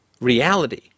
reality